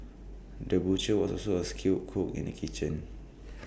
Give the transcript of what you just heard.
the butcher was also A skilled cook in the kitchen